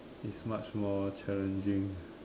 is much more challenging